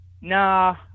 nah